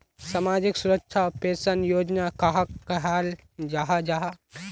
सामाजिक सुरक्षा पेंशन योजना कहाक कहाल जाहा जाहा?